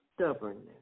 stubbornness